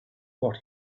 what